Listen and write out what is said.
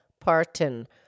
Parton